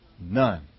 None